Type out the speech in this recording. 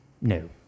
no